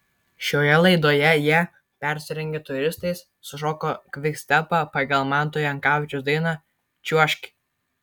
šioje laidoje jie persirengę turistais sušoko kvikstepą pagal manto jankavičiaus dainą čiuožki